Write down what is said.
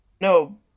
No